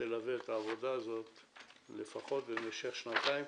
שתלווה את העבודה לפחות במשך שנתיים,